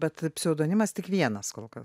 bet pseudonimas tik vienas kol kas